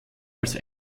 als